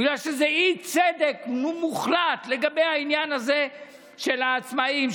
בגלל שיש אי-צדק מוחלט לגבי העניין הזה של העצמאים,